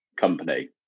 company